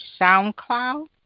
SoundCloud